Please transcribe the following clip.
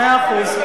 מאה אחוז.